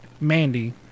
Mandy